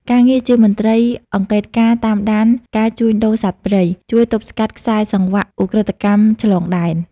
ការងារជាមន្ត្រីអង្កេតការណ៍តាមដានការជួញដូរសត្វព្រៃ ជួយទប់ស្កាត់ខ្សែសង្វាក់ឧក្រិដ្ឋកម្មឆ្លងដែន។